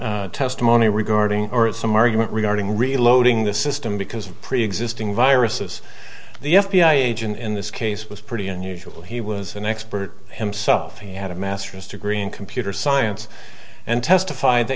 some testimony regarding some argument regarding reloading the system because of preexisting viruses the f b i agent in this case was pretty unusual he was an expert himself he had a masters degree in computer science and testified that